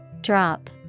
Drop